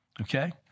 Okay